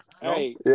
Hey